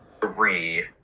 three